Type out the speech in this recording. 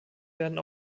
werden